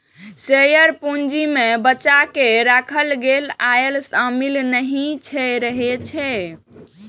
share पूंजी मे बचा कें राखल गेल आय शामिल नहि रहै छै